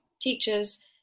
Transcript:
teachers